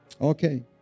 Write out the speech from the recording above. Okay